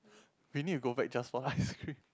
we need to go back just for ice cream